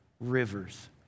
Rivers